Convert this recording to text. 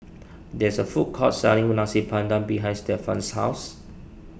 there is a food court selling Nasi Padang behind Stevan's house